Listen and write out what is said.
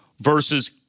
versus